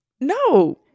No